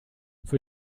für